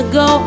go